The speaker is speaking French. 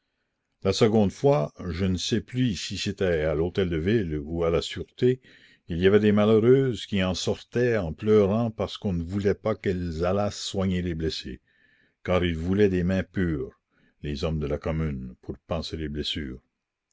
la seconde fois je ne sais plus si c'était à l'hôtel-de-ville ou à la sûreté il y avait des malheureuses qui en sortaient en pleurant parce qu'on ne voulait pas qu'elles allassent soigner les blessés car ils voulaient des mains pures les hommes de la commune pour panser les blessures